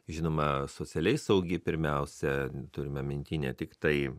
žinoma socialiai saugi pirmiausia turime minty ne tiktai